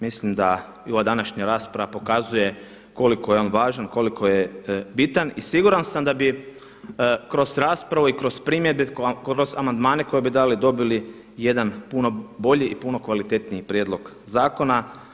Mislim da i ova današnja rasprava pokazuje koliko je on važan, koliko je bitan i siguran sam da bi kroz raspravu i kroz primjedbe, kroz amandmane koje bi dali i dobili jedan puno bolji i puno kvalitetniji prijedlog zakona.